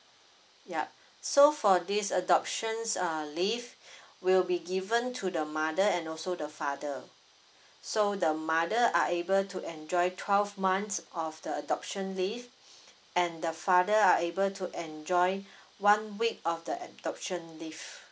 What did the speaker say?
yup so for this adoptions err leave will be given to the mother and also the father so the mother are able to enjoy twelve months of the adoption leave and the father are able to enjoy one week of the adoption leave